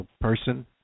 person